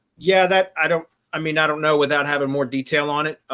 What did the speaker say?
yeah, that i don't i mean, i don't know without having more detail on it.